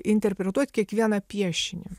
į interpretuot kiekvieną piešinį